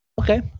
Okay